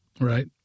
Right